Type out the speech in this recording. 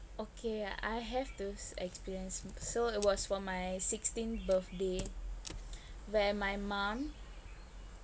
okay I have those experience so it was for my sixteenth birthday where my mom